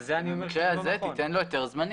במקרה הזה תיתן לו היתר זמני".